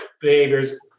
behaviors